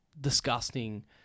disgusting